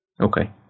Okay